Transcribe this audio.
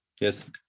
yes